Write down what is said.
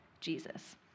Jesus